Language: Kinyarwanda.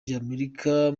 ry’amerika